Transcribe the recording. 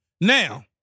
Now